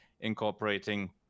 incorporating